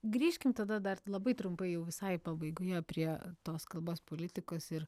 grįžkim tada dar labai trumpai jau visai pabaigoje prie tos kalbos politikos ir